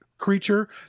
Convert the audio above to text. creature